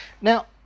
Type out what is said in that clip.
Now